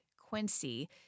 Quincy